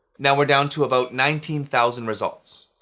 now we're down to about nineteen thousand results.